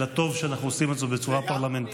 אלא טוב שאנחנו עושים את זה בצורה פרלמנטרית.